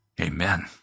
Amen